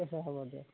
ঠিক আছে হ'ব দিয়ক